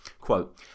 quote